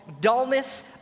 dullness